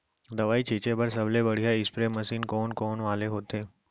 दवई छिंचे बर सबले बढ़िया स्प्रे मशीन कोन वाले होथे?